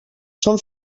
són